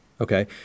Okay